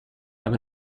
aber